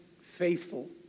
faithful